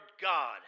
God